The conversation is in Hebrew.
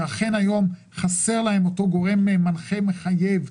כי אכן היום חסר להן אותו גורם מנחה מחייב.